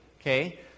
okay